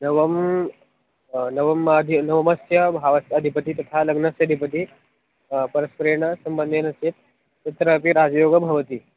नवं नवमादि नवमस्य भावस्य अधिपतिः तथा लग्नस्य अधिपतिः परस्परेण सम्बन्धेन चेत् तत्रापि राजयोगः भवति